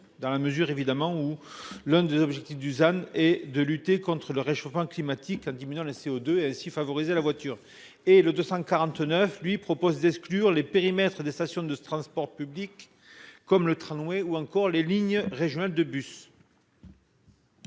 dans la mesure évidemment où l'un des objectifs Dusan et de lutter contre le réchauffement climatique en diminuant le CO2 et ainsi favoriser la voiture et le 249, lui propose d'exclure les périmètres des stations de transports publics comme le tramway ou encore les lignes régionales de bus.